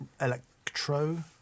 Electro